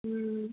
ہوں